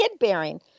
kidbearing